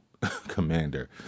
commander